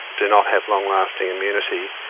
do not have long-lasting immunity,